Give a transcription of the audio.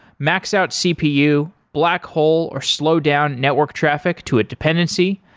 max out cpu, blackhole or slow down network traffic to a dependency.